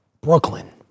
Brooklyn